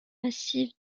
massive